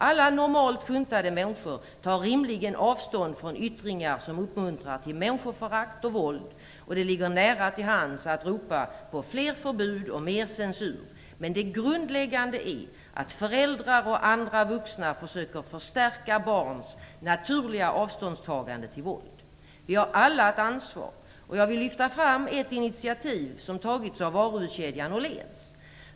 Alla normalt funtade människor tar rimligen avstånd från yttringar som uppmuntrar till människoförakt och våld. Det ligger nära till hands att ropa på fler förbud och mer censur. Men det grundläggande är att föräldrar och andra vuxna försöker förstärka barns naturliga avståndstagande till våld. Vi har alla ett ansvar. Jag vill lyfta fram ett initiativ som tagits av varuhuskedjan Åhléns.